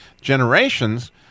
generations